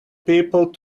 people